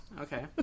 Okay